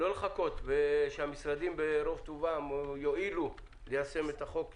לא לחכות שהמשרדים מרוב טובם יואילו ליישם את החוק כלשונו.